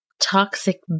toxic